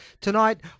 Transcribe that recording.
tonight